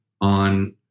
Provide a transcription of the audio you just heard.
on